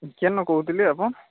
କ'ଣ କହୁଥିଲେ ଆପଣ